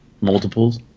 multiples